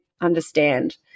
understand